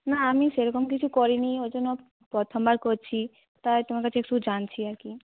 না আমি সেরকম কিছু করিনি ওই জন্য প্রথমবার করছি তাই তোমার কাছে একটু জানছি আর কি